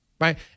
Right